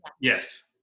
Yes